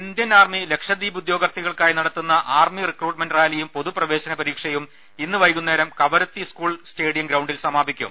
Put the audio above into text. Indian army Lakshadweep ഉദ്യോഗാത്ഥികൾക്കായി നടത്തുന്ന army recruitment റാലിയും പൊതു പ്രവേശന പരീക്ഷയും ഇന്ന് വൈകുന്നേരം കവരത്തി സ്കൂൾ സ്റ്റേഡിയം ഗ്രൌണ്ടിൽ സമാപിക്കും